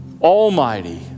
almighty